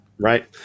Right